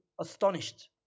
astonished